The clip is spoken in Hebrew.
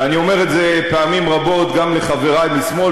ואני אומר את זה פעמים רבות גם לחברי משמאל